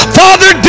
father